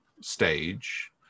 stage